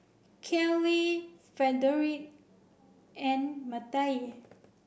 Kellee Frederic and Mattye